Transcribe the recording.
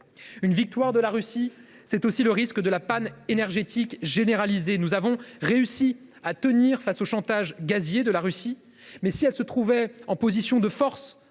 Une victoire de la Russie, c’est aussi le risque de la panne énergétique généralisée. Nous avons réussi à tenir face au chantage gazier de la Russie, mais si cette dernière se trouvait en position de force